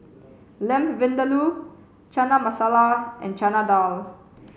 Lamb Vindaloo Chana Masala and Chana Dal